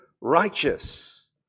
righteous